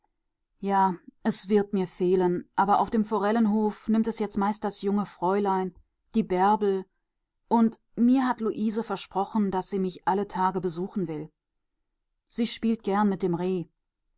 ja es wird mir fehlen aber auf dem forellenhof nimmt es jetzt meist das junge fräulein die bärbel und mir hat luise versprochen daß sie mich alle tage besuchen will sie spielt gern mit dem